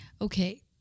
Okay